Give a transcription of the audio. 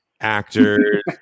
actors